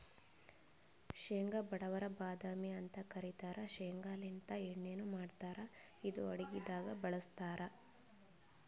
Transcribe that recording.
ಶೇಂಗಾ ಬಡವರ್ ಬಾದಾಮಿ ಅಂತ್ ಕರಿತಾರ್ ಶೇಂಗಾಲಿಂತ್ ಎಣ್ಣಿನು ಮಾಡ್ತಾರ್ ಇದು ಅಡಗಿದಾಗ್ ಬಳಸ್ತಾರ್